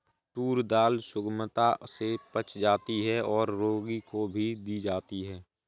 tour दाल सुगमता से पच जाती है और रोगी को भी दी जाती है